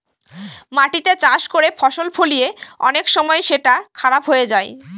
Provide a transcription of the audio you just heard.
মাটিতে চাষ করে ফসল ফলিয়ে অনেক সময় সেটা খারাপ হয়ে যায়